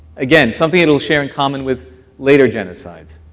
again, something it'll share in common with later genocides.